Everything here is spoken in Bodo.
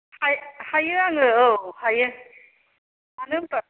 हाय हायो आङो औ हायो मानो होनबा